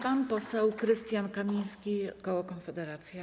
Pan poseł Krystian Kamiński, koło Konfederacja.